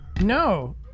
No